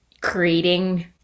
creating